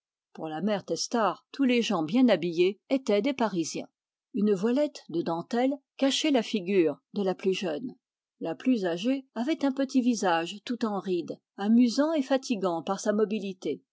pour la mère testard tous les gens bien habillés étaient des parisiens une voilette de dentelle cachait la figure de la plus jeune la plus âgée avait un petit visage tout en rides amusant et fatigant par sa mobilité